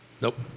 nope